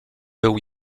był